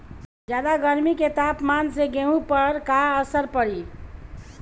ज्यादा गर्मी के तापमान से गेहूँ पर का असर पड़ी?